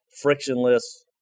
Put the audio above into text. frictionless